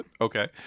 okay